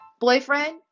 boyfriend